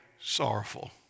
sorrowful